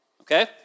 Okay